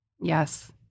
Yes